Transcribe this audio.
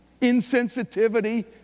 insensitivity